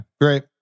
Great